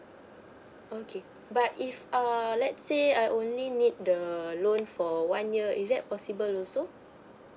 okay but if err let's say I only need the loan for one year is that possible also